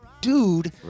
dude